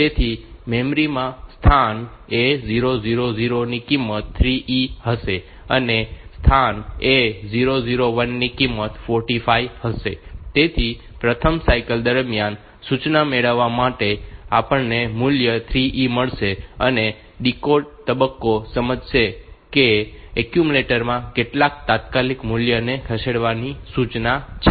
તેથી મેમરી માં સ્થાન A 0 0 0 ની કિંમત 3E હશે અને સ્થાન A 0 0 1 ની કિંમત 45 હશે તેથી પ્રથમ સાયકલ દરમિયાન સૂચના મેળવવા માટે આપણને મૂલ્ય 3E મળશે અને ડીકોડ તબક્કો સમજશે કે એક્યુમ્યુલેટરમાં કેટલાક તાત્કાલિક મૂલ્યને ખસેડવાની સૂચના છે